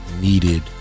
needed